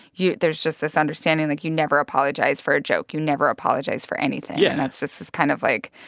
you there's just this understanding, like, you never apologize for a joke. you never apologize for anything yeah and that's just this kind of, like,